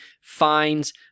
fines